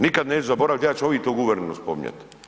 Nikad neću zaboraviti ja ću uvik to guverneru spominjat.